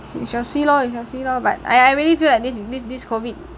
we shall see lor we shall see lor but I I really feel like this this this COVID